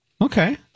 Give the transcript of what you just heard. Okay